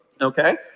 okay